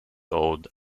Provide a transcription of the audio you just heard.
old